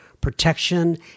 protection